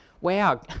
wow